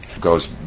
goes